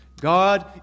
God